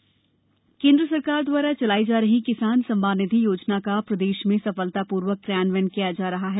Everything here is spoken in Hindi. किसान सम्मान निधि केन्द्र सरकार द्वारा चलाई जा रही किसान सम्मान निधि योजना का प्रदेश में सफलतापूर्वक कियान्वयन किया जा रहा है